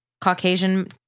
Caucasian